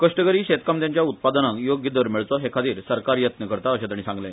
कष्टकरी शेतकामत्यांच्या उत्पादनांक योग्य दर मेळचो हे खातीर सरकार यत्न करता अशे ताणी सांगले